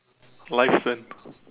lifespan